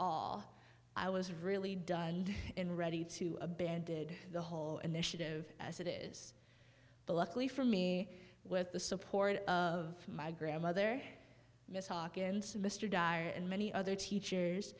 all i was really done and ready to a band did the whole initiative as it is the luckily for me with the support of my grandmother miss hawkins mr dyer and many other teachers